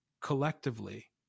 collectively